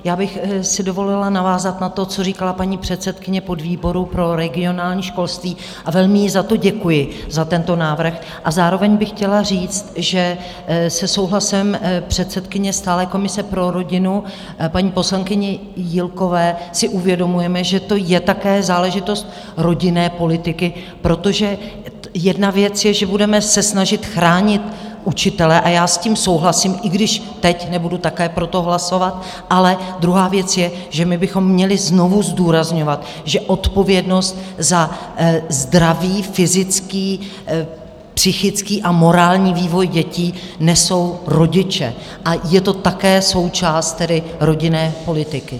Já bych si dovolila navázat na to, co říkala paní předsedkyně podvýboru pro regionální školství, a velmi jí za to děkuji, za tento návrh, a zároveň bych chtěla říct, že se souhlasem předsedkyně stálé komise pro rodinu, paní poslankyně Jílkové, si uvědomujeme, že to je také záležitost rodinné politiky, protože jedna věc je, že se budeme snažit chránit učitele, a já s tím souhlasím, i když teď nebudu také pro to hlasovat, ale druhá věc je, že my bychom měli znovu zdůrazňovat, že odpovědnost za zdravý fyzický, psychický a morální vývoj dětí nesou rodiče, a je to také součást tedy rodinné politiky.